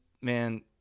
man